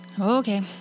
Okay